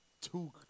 two